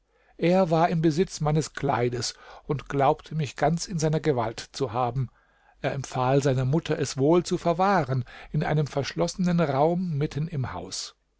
er war im besitz meines kleides und glaubte mich ganz in seiner gewalt zu haben er empfahl seiner mutter es wohl zu verwahren in einem verschlossenen raum mitten im haus